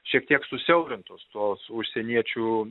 šiek tiek susiaurintos tos užsieniečių